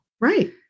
Right